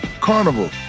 Carnival